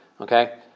okay